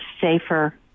safer